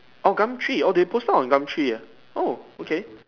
orh Gumtree oh they posted on Gumtree ah oh okay